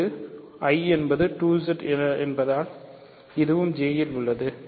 இது I என்பது 2Z என்பதால் இது J இல் உள்ளது